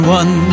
one